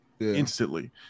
instantly